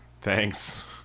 Thanks